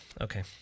okay